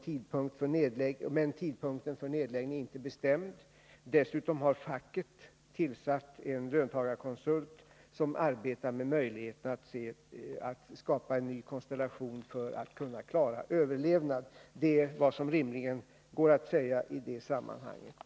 Tidpunkten för nedläggning är emellertid inte bestämd. Dessutom har facket tillsatt en löntagarkonsult, som arbetar med möjligheten att skapa en ny konstellation för att man skall kunna klara överlevnaden. Det är vad som för dagen rimligen går att säga i det sammanhanget.